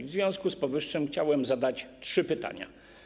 W związku z powyższym chciałbym zadać trzy pytania.